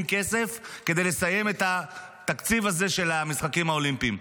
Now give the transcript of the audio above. כסף כדי לסיים את התקציב הזה של המשחקים האולימפיים.